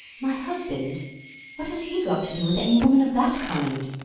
my husband what has he got to do with any woman of that kind?